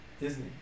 Disney